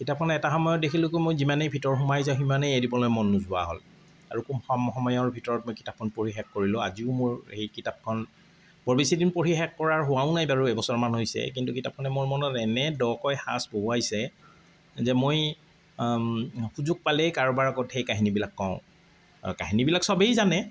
কিতাপখন এটা সময়ত দেখিলোঁ কি মই যিমানেই ভিতৰ সোমাই যাওঁ সিমানেই এৰিবলৈ মন নোযোৱা হ'ল আৰু খুব কম সময়ৰ ভিতৰত মই কিতাপখন পঢ়ি শেষ কৰিলোঁ আজিও মোৰ সেই কিতাপখন বৰ বেছিদিন পঢ়ি শেষ কৰাৰ হোৱাও নাই তাৰো এবছৰমান হৈছে কিন্ত কিতাপখনে মোৰ মনত এনে দকৈ সাঁচ বহুৱাইছে যে মই সুযোগ পালেই কাৰোবাৰ আগত সেই কাহিনীবিলাক কওঁ কাহিনীবিলাক সবেই জানে